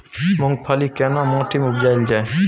मूंगफली केना माटी में उपजायल जाय?